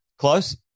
close